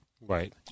Right